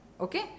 Okay